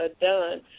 done